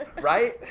right